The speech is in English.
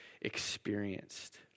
experienced